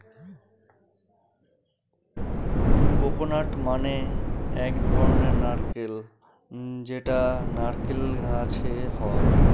coconut মানে এক ধরনের নারকেল যেটা নারকেল গাছে হয়